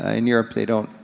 ah in europe they don't,